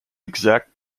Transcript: exact